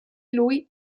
lui